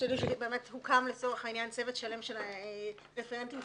צוות שלם של רפרנטים,